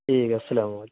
ٹھیک ہے السلام علیکم